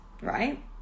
right